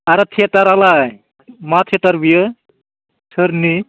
आरो थियेटारालाय मा थियेटार बेयो सोरनि